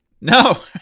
No